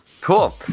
Cool